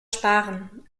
sparen